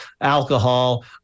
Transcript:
alcohol